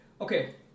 Okay